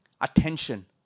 attention